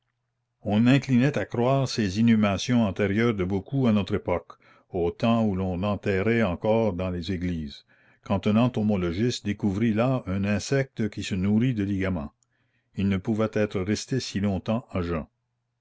on inclinait à croire ces inhumations antérieures de beaucoup à notre époque au temps où l'on enterrait encore dans les églises quand un entomologiste découvrit là un insecte qui se nourrit de ligaments il ne pouvait être resté si longtemps à jeun